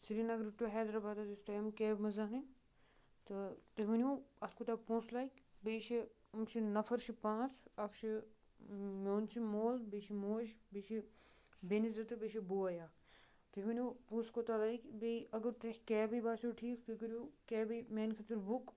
سرینگرٕ ٹُو حیدرآباد حظ ٲسِو تۄہہِ یِم کیبہِ منٛز اَنٕںۍ تہٕ تُہۍ ؤنِو اَتھ کوٗتاہ پونٛسہٕ لَگہِ بیٚیہِ چھِ یِم چھِ نفر چھِ پانٛژھ اَکھ چھِ میون چھِ مول بیٚیہِ چھِ موج بیٚیہِ چھِ بیٚنہِ زٕ تہٕ بیٚیہِ چھِ بوے اَکھ تُہۍ ؤنِو پونٛسہٕ کوٗتاہ لَگہِ بیٚیہِ اگر تُہۍ کیبٕے باسیٚو ٹھیٖک تُہۍ کٔرِو کیبٕے میٛانہِ خٲطرٕ بُک